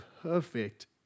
perfect